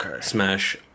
smash